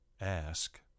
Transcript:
ask